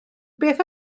beth